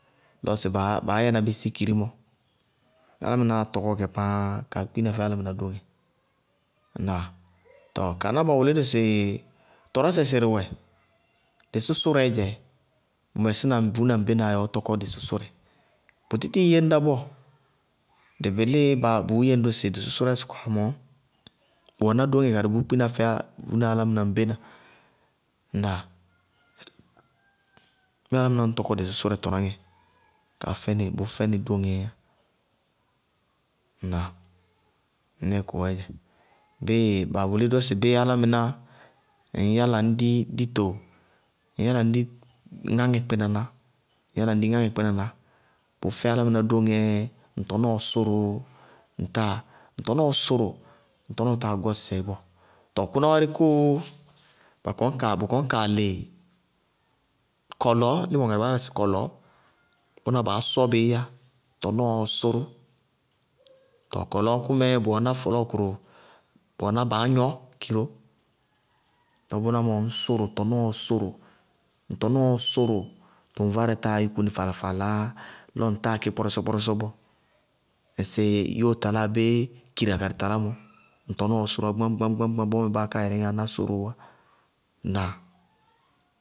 Lɔ sɩ baá yɛna bí sikiri mɔ, ñŋ álámɩnáá tɔkɔ bɩ pááá, kaá kpína fɛ álámɩná dóŋɛ. Ŋnáa? Tɔɔ kaná ba wʋlí dʋ tɔrásɛ sɩrɩ, dɩsʋsʋrɛɛ dzɛ, bʋ mɛsína vuúna ŋbénaá yɛ ɔɔ tɔkɔ dɩsʋsʋrɛ. Bʋ tí tíɩ yéŋ dá bɔɔ. Dɩ bɩlíɩ bʋʋ yéŋ dʋ sɩ tɩsʋsʋrɛɛ sɔkɔwá mɔɔ, bʋ wɛná dóŋɛ karɩ bʋʋ kpína fɛ vuúna álámɩná ŋbéna. Ŋnáa? Bíɩ lɔ ŋñ tɔkɔ dɩsʋsʋrɛ, bʋʋ fɛnɩ dóŋɛɛyá. Ŋnáa? Mɩnɛɛɛ kʋwɛɛdzɛ, bíɩ, ba wʋlí ró sɩ bíɩ álámɩná ŋñ yála ñ di dito, ŋñ yála ŋñ dí ŋáŋɛ kpínaná, bʋʋ fɛ álámɩná dóŋɛɛ ŋ tɔnɔɔɔ sʋrʋʋ, ŋtáa ŋ tɔnɔɔ sʋrʋ, ŋ tɔnɔɔ táa gɔ sɩsɛɩsɩsɛɩ bɔɔ, tɔɔ kʋná wárɩ kóo ba kɔñkaa bʋ kɔñkaa lɩ kɔlɔɔ, límɔ ŋarɩ baá yá bɩ sɩ kɔlɔɔ, bʋná baá sɔ bɩí yá tɔnɔɔ sʋrʋ. Tɔɔ kɔlɔɔ kʋ mɛɛ bʋ wɛná fɔlɔɔkʋrʋ bʋ wɛná baá gnɔ kɩ ró. Tɔɔ bʋná mɔ ŋñ sʋrʋ, ŋtɔnɔɔɔ sʋrʋ, tʋŋvárɛ táa yúku nɩ faala-faala, lɔ ŋtáa kí kpɔrɔsɔ-kpɔrɔsɔ bɔɔ. Ŋsɩ yóo taláa abéé kira karɩ talá mɔ, ŋtɔnɔɔɔ sʋrʋ wá gbáñ-gbáñ-gbáñ, bɔɔmɛɛ baákáa yɛlɛŋíyá, ná sɔrʋʋwá. Ŋnáa?